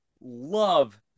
love